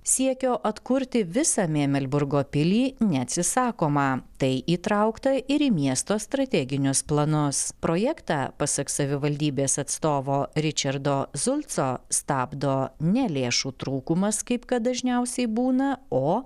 siekio atkurti visą mėmelburgo pilį neatsisakoma tai įtraukta ir į miesto strateginius planus projektą pasak savivaldybės atstovo ričardo zulco stabdo ne lėšų trūkumas kaip kad dažniausiai būna o